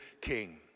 king